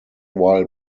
while